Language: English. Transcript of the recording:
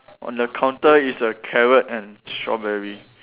on the counter is a carrot and strawberry